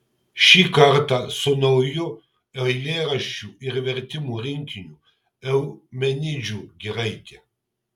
šį kartą su nauju eilėraščių ir vertimų rinkiniu eumenidžių giraitė